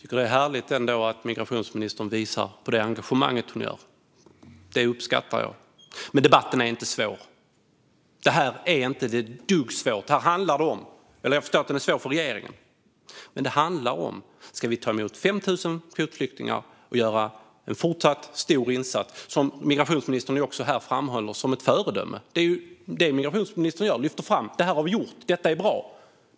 Herr talman! Det är härligt att migrationsministern visar det engagemang hon har. Det uppskattar jag. Men debatten är inte svår. Det här är inte ett dugg svårt, även om jag förstår att det är svårt för regeringen. Vad det handlar om är om vi ska ta emot 5 000 kvotflyktingar och fortsätta göra en stor insats, vilket migrationsministern framhåller som ett föredöme. Migrationsministern lyfter fram det som har gjorts och säger att det är bra.